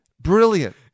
brilliant